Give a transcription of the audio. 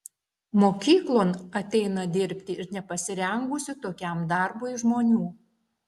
mokyklon ateina dirbti ir nepasirengusių tokiam darbui žmonių